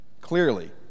Clearly